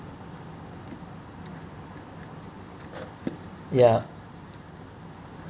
ya